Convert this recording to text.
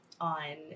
on